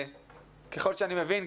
ככל שאני מבין,